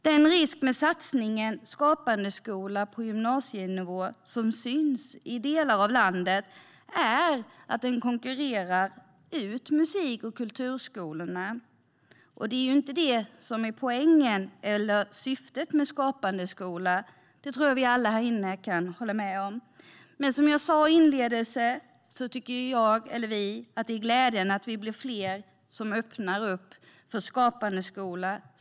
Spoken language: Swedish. Den risk med satsningen Skapande skola på gymnasienivå som synts i delar av landet är att den konkurrerar ut musik och kulturskolorna, och det är inte det som är poängen eller syftet med Skapande skola, det tror jag att vi alla här kan hålla med om. Men som jag sa inledningsvis tycker jag och vi att det är glädjande att vi blir fler som öppnar upp för Skapande skola.